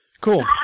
Cool